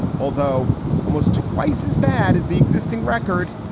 although almost twice as bad as the existing record,